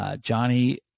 Johnny